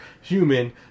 human